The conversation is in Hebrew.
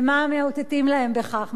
ומה מאותתים להם בכך?